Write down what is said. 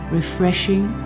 refreshing